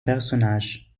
personnages